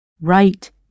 Right